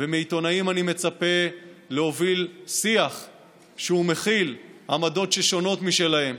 מעיתונאים אני מצפה להוביל שיח שמכיל עמדות ששונות משלהם,